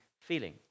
feeling